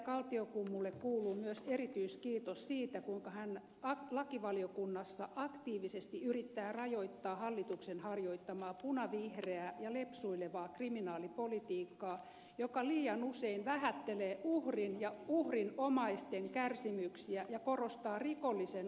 kaltiokummulle kuuluu myös erityiskiitos siitä kuinka hän lakivaliokunnassa aktiivisesti yrittää rajoittaa hallituksen harjoittamaa punavihreää ja lepsuilevaa kriminaalipolitiikkaa joka liian usein vähättelee uhrin ja uhrin omaisten kärsimyksiä ja korostaa rikollisen oikeuksia